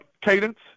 Cadence